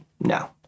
no